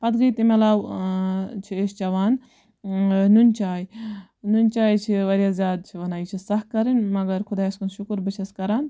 پَتہٕ گٔے تمہِ عَلاوٕ چھِ أسۍ چٮ۪وان نُن چاے نُن چاے چھِ واریاہ زیاد چھِ وَنان یہِ چھِ سَخ کَرٕنۍ مگر خۄدایَس کُن شُکُر بہٕ چھَس کَران